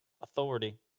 authority